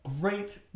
great